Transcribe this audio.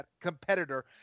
competitor